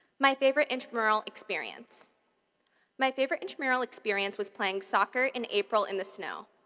my favorite intramural experience my favorite intramural experience was playing soccer in april in the snow.